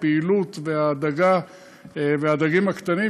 הפעילות והדגה והדגים הקטנים,